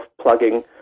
plugging